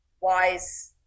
wise